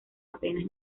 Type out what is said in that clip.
apenas